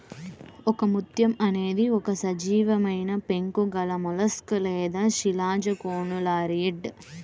ఒకముత్యం అనేది ఒక సజీవమైనపెంకు గలమొలస్క్ లేదా శిలాజకోనులారియిడ్